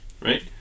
right